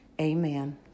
Amen